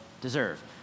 deserve